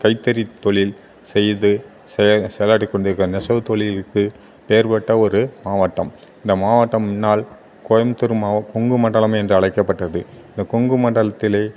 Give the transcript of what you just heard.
கைத்தறி தொழில் செய்து செய் செயலாற்றி கொண்டிருக்காங்க நெசவு தொழிலுக்கு பெயர் பெற்ற ஒரு மாவட்டம் இந்த மாவட்டம் முன்னாள் கோயமுத்தூர் மாவ் கொங்குமண்டலம் என்று அழைக்கப்பட்டது இந்த கொங்குமண்டலத்தில்